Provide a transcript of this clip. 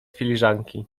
filiżanki